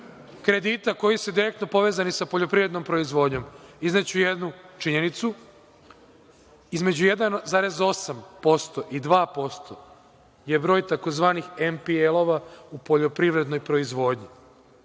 kredita koji su direktno povezani sa poljoprivrednom proizvodnjom, izneću jednu činjenicu, između 1,8% i 2% je broj takozvanih MPL-ova u poljoprivrednoj proizvodnji.